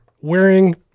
wearing